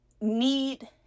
need